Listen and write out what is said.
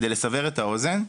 כדי לסבר את האוזן,